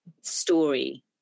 story